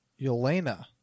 Yelena